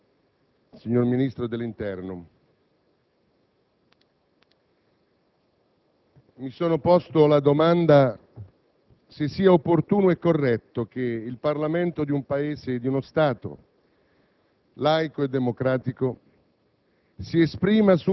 Signor Presidente, signor Ministro dell'interno, mi sono posto la domanda se sia opportuno e corretto che il Parlamento di un Paese e di uno Stato